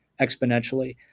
exponentially